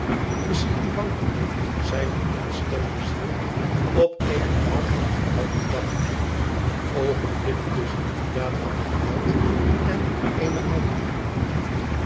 misschien wankelde zijne ontstemde ziel op eene daad van geweld bedacht een oogenblik tusschen die daad van geweld en eene andere